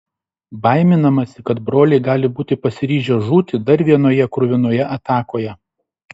baiminamasi kad broliai gali būti pasiryžę žūti dar vienoje kruvinoje atakoje